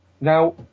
Now